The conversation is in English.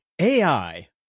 AI